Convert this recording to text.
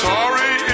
Sorry